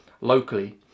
locally